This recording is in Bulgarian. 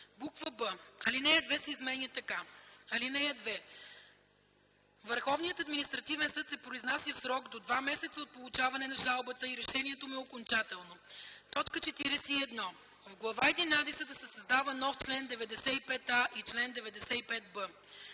и”; б) алинея 2 се изменя така: „(2) Върховният административен съд се произнася в срок до два месеца от получаване на жалбата и решението му е окончателно.” 41. В глава единадесета се създава нов чл. 95а и чл. 95б: